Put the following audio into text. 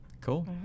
Cool